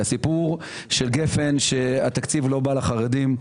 הסיפור של גפן שהתקציב לא בא לחרדים,